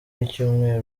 y’icyumweru